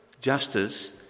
justice